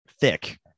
thick